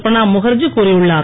பிரணாப் முகர்ஜி கூறியுள்ளார்